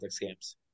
games